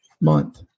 month